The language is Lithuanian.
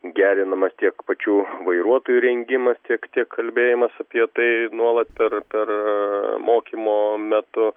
gerinamas tiek pačių vairuotojų rengimas tiek tiek kalbėjimas apie tai nuolat per per mokymo metu